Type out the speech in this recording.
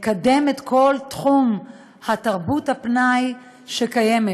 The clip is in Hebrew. לקדם את כל תחום תרבות הפנאי שקיימת,